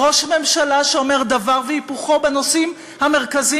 ראש ממשלה שאומר דבר והיפוכו בנושאים המרכזיים,